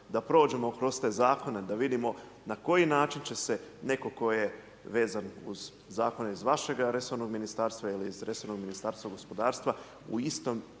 da prođemo kroz te zakone da vidimo na koji način će se netko tko je vezan uz zakone iz vašega resornog ministarstva ili iz resornog Ministarstva gospodarstva u istom